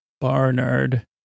Barnard